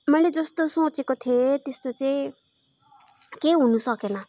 मैले जस्तो सोचेको थिएँ त्यस्तो चाहिँ केही हुनु सकेन